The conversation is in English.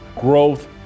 growth